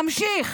נמשיך.